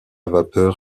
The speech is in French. vapeur